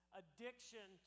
addiction